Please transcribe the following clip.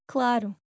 Claro